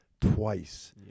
twice